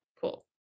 cool